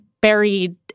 buried